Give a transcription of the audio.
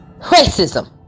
Racism